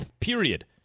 Period